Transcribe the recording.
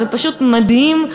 זה פשוט מדהים,